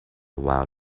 while